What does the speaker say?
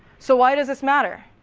so why does this matter?